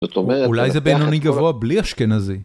זאת אומרת...אולי זה בינוני גבוה בלי אשכנזי